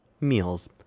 meals